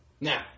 Now